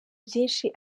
byinshi